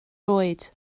oed